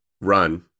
run